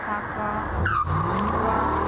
காக்கா புறா